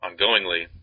ongoingly